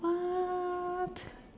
what